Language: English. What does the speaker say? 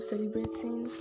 Celebrating